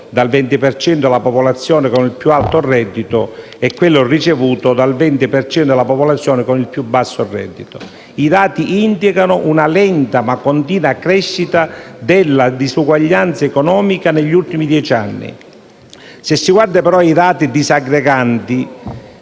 cento della popolazione con il più alto reddito e quello ricevuto dal 20 per cento della popolazione con il più basso reddito. I dati indicano una lenta ma continua crescita della disuguaglianza economica negli ultimi dieci anni. Se si guarda, però, ai dati disaggregati,